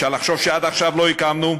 אפשר לחשוב שעד עכשיו לא הקמנו,